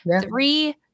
three